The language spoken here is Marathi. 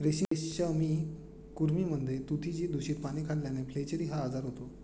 रेशमी कृमींमध्ये तुतीची दूषित पाने खाल्ल्याने फ्लेचेरी हा आजार होतो